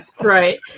Right